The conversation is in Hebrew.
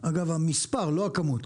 אגב המספר לא הכמות,